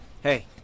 Hey